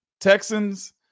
Texans